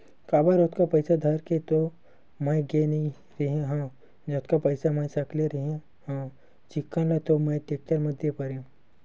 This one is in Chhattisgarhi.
काबर ओतका पइसा धर के तो मैय गे नइ रेहे हव जतका पइसा मै सकले रेहे हव चिक्कन ल तो मैय टेक्टर म दे परेंव